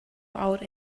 out